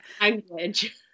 Language